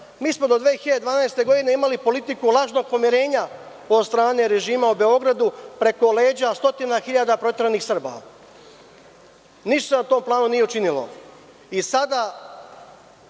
Mi smo do 2012. godine imali politiku lažnog pomirenja od strane režima u Beogradu, preko leđa stotina hiljada proteranih Srba. Ništa se na tom planu nije učinilo. Sada